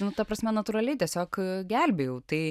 nu ta prasme natūraliai tiesiog gelbėjau tai